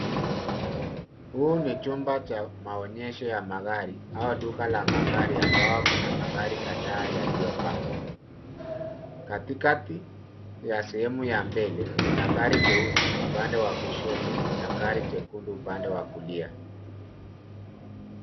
Huu ni chumba cha maonyesho ya magari, au duka la magari ambao kuna magari kadhaa yaliyopangwa. Katikati ya sehemu ya mbele, kuna gari jeusi upande wa kushoto, na gari jekundu upande wa kulia.